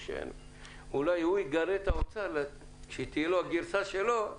או שאולי הוא יגרה את האוצר שתהיה לו הגרסה שלו.